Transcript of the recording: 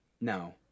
No